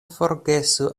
forgesu